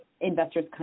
investors